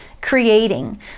creating